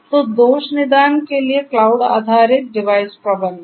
तोदोष निदान के लिए क्लाउड आधारित डिवाइस प्रबंधन